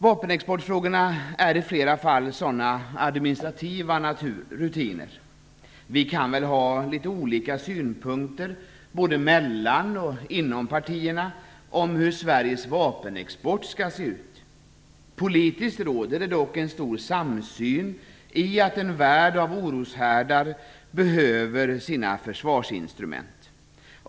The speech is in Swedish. Vapenexportfrågorna innebär i flera fall sådana administrativa rutiner. Vi kan väl ha litet olika synpunkter, både mellan och inom partierna, om hur Sveriges vapenexport skall se ut. Politiskt råder det dock en stor samsyn om att en värld av oroshärdar behöver sina försvarsinstrument.